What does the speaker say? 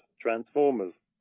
Transformers